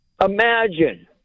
Imagine